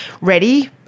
ready